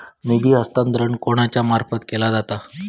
निधी हस्तांतरण कोणाच्या मार्फत केला जाता?